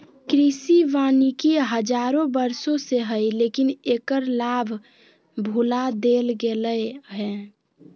कृषि वानिकी हजारों वर्षों से हइ, लेकिन एकर लाभ भुला देल गेलय हें